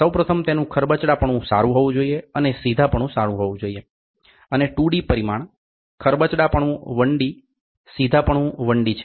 સૌ પ્રથમ તેનું ખરબચડાપણું સારુ હોવું જોઈએ અને સીધાપણું સારુ હોવું જોઈએ અને 2D પરીમાણ ખરબચડાપણું 1D સીધાપણું 1D છે